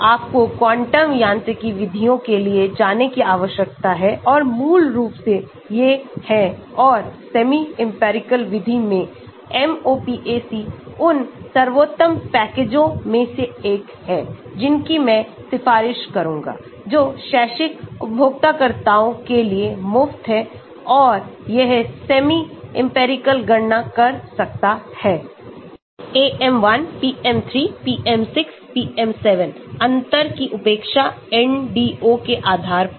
तो आपको क्वांटम यांत्रिकी विधियों के लिए जाने की आवश्यकता है और मूल रूप से ये हैं और सेमी इंपिरिकल विधि में MOPAC उन सर्वोत्तम पैकेजों में से एक है जिनकी मैं सिफारिश करूंगा जो शैक्षिक उपयोगकर्ताओं के लिए मुफ्त है और यह सेमी इंपिरिकल गणना कर सकता है AM1 PM3 PM6 PM7 अंतर की उपेक्षा NDO के आधार पर